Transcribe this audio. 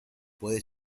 puede